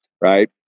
Right